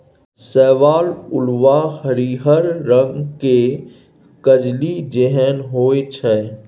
शैवाल उल्वा हरिहर रंग केर कजली जेहन होइ छै